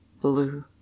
blue